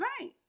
Right